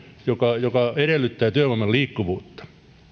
joka joka edellyttää työvoiman liikkuvuutta